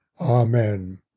Amen